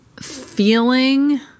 feeling